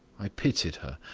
i pitied her,